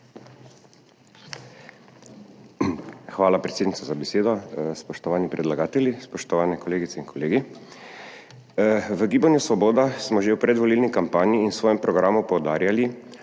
Hvala, predsednica, za besedo. Spoštovani predlagatelji, spoštovane kolegice in kolegi! V Gibanju Svoboda smo že v predvolilni kampanji in v svojem programu poudarjali,